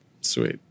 Sweet